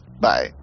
Bye